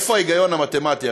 איפה ההיגיון המתמטי?